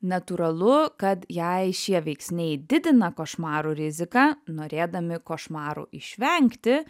natūralu kad jei šie veiksniai didina košmarų riziką norėdami košmarų išvengti